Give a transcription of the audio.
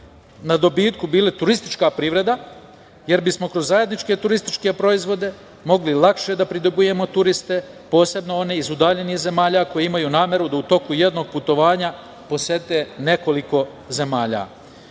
na dobitku bila turistička privreda, jer bismo kroz zajedničke turističke proizvode mogli lakše da pridobijemo turiste, posebno one iz udaljenih zemalja koji imaju nameru da u toku jednog putovanja, posete nekoliko zemalja. Kao,